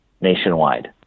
nationwide